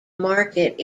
market